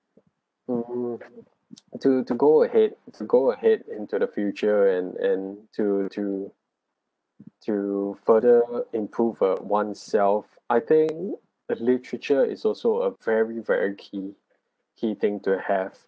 mm to to go ahead to go ahead into the future and and to to to further improve a oneself I think a literature is also a very very key key thing to have